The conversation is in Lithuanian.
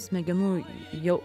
smegenų jau